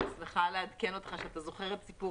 אני שמחה לעדכן אותך שאתה זוכר את סיפור